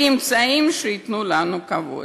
בלי אמצעים שייתנו לנו כבוד.